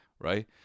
right